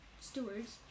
stewards